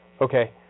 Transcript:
Okay